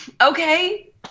Okay